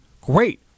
great